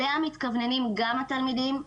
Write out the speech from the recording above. אליה מתכווננים גם התלמידים,